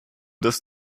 das